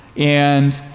and